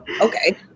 Okay